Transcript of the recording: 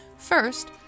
First